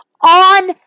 on